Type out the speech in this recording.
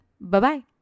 Bye-bye